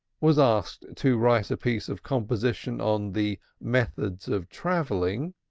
was asked to write a piece of composition on the methods of travelling,